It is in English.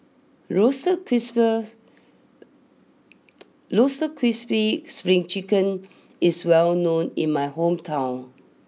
Roasted Crisp's Roasted Crispy Spring Chicken is well known in my hometown